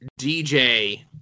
DJ